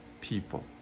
people